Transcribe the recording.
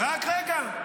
רק רגע,